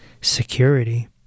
Security